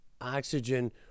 oxygen